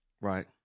Right